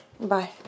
Bye